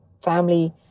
family